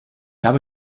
habe